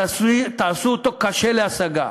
תעשו אותו קשה להשגה.